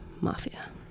Mafia